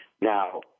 Now